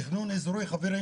תכנון אזורי חברים,